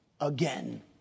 again